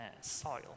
soil